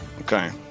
okay